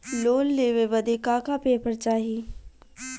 Loan लेवे बदे का का पेपर चाही?